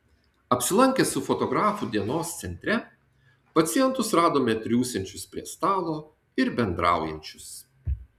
apsilankę su fotografu dienos centre pacientus radome triūsiančius prie stalo ir bendraujančius